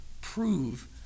prove